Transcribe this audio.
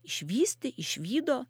išvysti išvydo